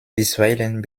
bisweilen